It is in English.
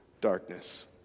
darkness